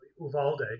Uvalde